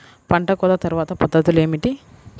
పంట కోత తర్వాత పద్ధతులు ఏమిటి?